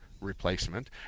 replacement